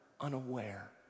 unaware